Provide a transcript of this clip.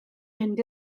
mynd